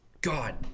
God